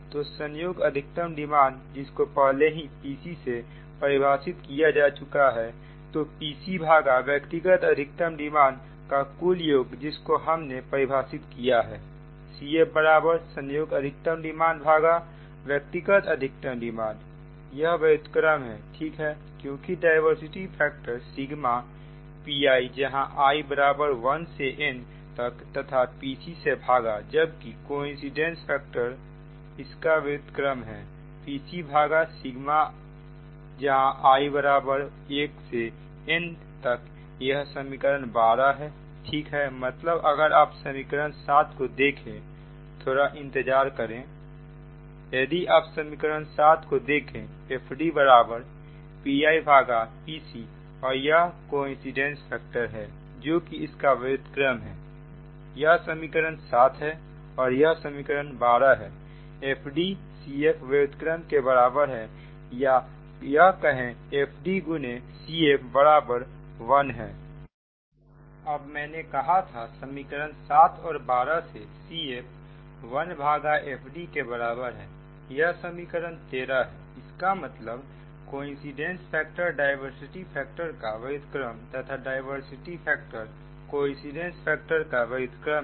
तो संयोग अधिकतम डिमांड जिसको पहले ही Pc से परिभाषित किया जा चुका है तो Pc भागा व्यक्तिगत अधिकतम डिमांड का कुल योग जिसको हमने परिभाषित किया है CF संयोग अधिकतम डिमांड व्यक्तिगत अधिकतम डिमांड यह व्युत्क्रम हैठीक है क्योंकि diversity factor sigma P i जहां i1 से n तक तथा P c से भाग जबकि कोइंसिडेंस फैक्टर इसका व्युत्क्रम है P c भागा सिग्मा जहां i1 से n तकयह समीकरण 12 है ठीक है मतलब अगर आप समीकरण 7 को देखें थोड़ा इंतजार करें यदि आप समीकरण 7 को देखें FDpipc और यह कोइंसिडेंस फैक्टर है जो कि इसका व्युत्क्रम है यह समीकरण 7 है और यह समीकरण 12 है FD CF व्युत्क्रम के बराबर है या यह कहें FD × CF 1 अब मैंने कहा था समीकरण 7 और 12 से CF वन भागा FD के बराबर है यह समीकरण 13 है इसका मतलब कोइंसिडेंस फैक्टर डायवर्सिटी फैक्टर का व्युत्क्रम तथा डायवर्सिटी फैक्टर कोइंसिडेंस फैक्टर का व्युत्क्रम है